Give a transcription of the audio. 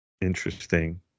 Interesting